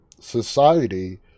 society